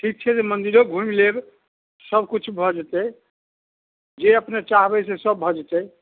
ठीक छियै जे मन्दिरो घुमि लेब सबकिछु भऽ जेतै जे अपने चाहबै से सब भऽ जेतै